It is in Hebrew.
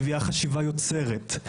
מביאה חשיבה יוצרת,